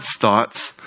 thoughts